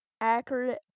accurate